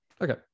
Okay